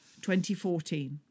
2014